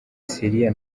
syria